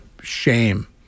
shame